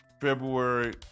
February